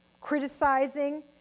criticizing